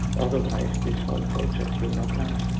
otherwise this whole project will not last.